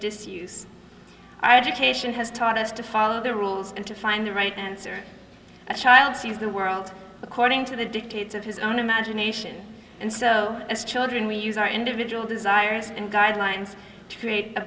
disuse education has taught us to follow the rules and to find the right answer a child sees the world according to the dictates of his own imagination and so as children we use our individual desires and guidelines to create a